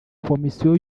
komisiyo